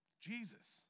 Jesus